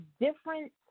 different